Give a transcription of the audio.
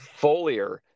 foliar